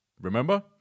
Remember